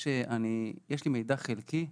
יש לי מידע חלקי,